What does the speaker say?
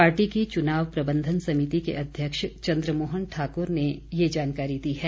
party की चुनाव प्रबंधन समिति के अध्यक्ष चंद्रमोहन ठाकुर ने ये जानकारी दी है